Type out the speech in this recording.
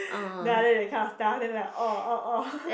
then after that that kind of stuff then orh orh orh